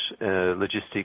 logistics